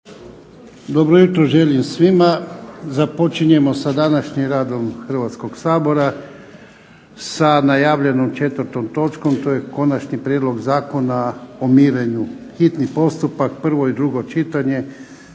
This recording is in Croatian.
Dobro jutro želim svima. Započinjemo sa današnjim radom Hrvatskoga sabora sa najavljenom 4. točkom. To je 4. Prijedlog zakona o mirenju, s konačnim prijedlogom zakona,